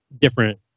different